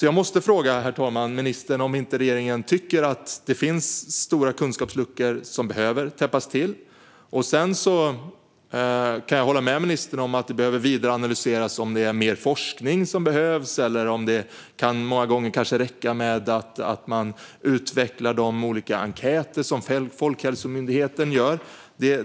Jag måste därför, herr talman, fråga ministern om regeringen inte tycker att det finns stora kunskapsluckor som behöver täppas till. Jag kan hålla med ministern om att det behöver analyseras vidare om det är mer forskning som behövs eller om det många gånger kanske kan räcka med att man utvecklar de enkäter som Folkhälsomyndigheten gör.